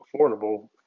affordable